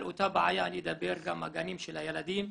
על אותה בעיה אני אדבר, גם הגנים של הילדים.